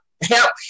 help